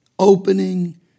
opening